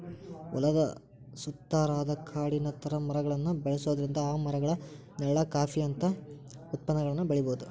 ಹೊಲದ ಸುತ್ತಾರಾದ ಕಾಡಿನ ತರ ಮರಗಳನ್ನ ಬೆಳ್ಸೋದ್ರಿಂದ ಆ ಮರಗಳ ನೆಳ್ಳಾಗ ಕಾಫಿ ಅಂತ ಉತ್ಪನ್ನಗಳನ್ನ ಬೆಳಿಬೊದು